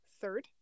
third